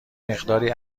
مقداری